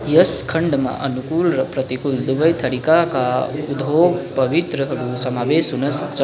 यस खण्डमा अनुकूल र प्रतिकूल दुवै थरीकाका उद्योग पवित्रहरू समावेश हुन सक्छ